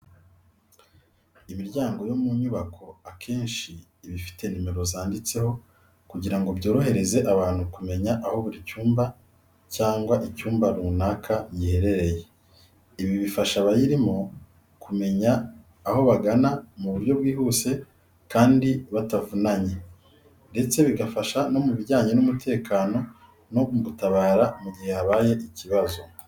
Imiryango yo mu nyubako akenshi iba ifite nimero zanditseho kugira ngo byorohereze abantu kumenya aho buri cyumba cyangwa icyumba runaka giherereye. Ibi bifasha abayirimo kumenya aho bagana mu buryo bwihuse kandi butavunanye, ndetse bigafasha no mu bijyanye n'umutekano no gutabara mu gihe habaye ikibazo.